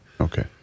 Okay